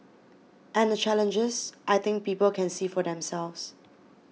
and the challenges I think people can see for themselves